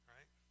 Right